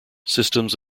systems